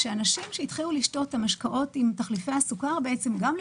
אנשים שהתחילו לשתות משקאות עם תחליפי הסוכר בעצם גם לא